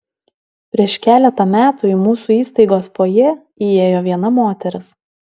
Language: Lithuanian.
prieš keletą metų į mūsų įstaigos fojė įėjo viena moteris